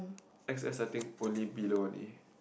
X_S I think only below only